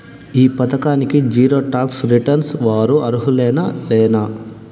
ఈ పథకానికి zero tax returns వారు అర్హులేనా లేనా?